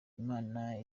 imana